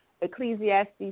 Ecclesiastes